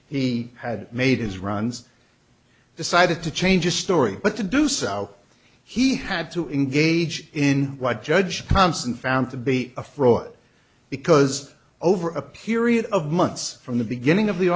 he had made his runs decided to change his story but to do so he had to engage in what judge johnson found to be a fraud because over a period of months from the beginning of the